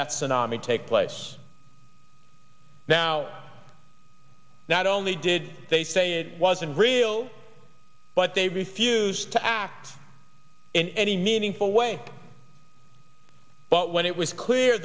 tsunami take place now not only did they say it wasn't real but they refuse to act in any meaningful way but when it was clear